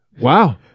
Wow